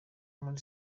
muri